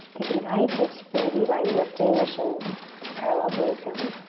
ignite it, baby, by lifting the shins parallel to the ceiling.